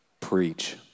Preach